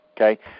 okay